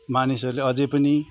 मानिसहरूले अझ पनि